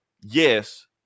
yes